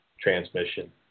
transmission